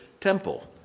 temple